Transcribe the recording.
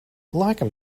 laikam